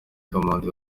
kamanzi